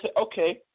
okay